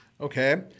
okay